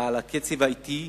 אלא על הקצב האטי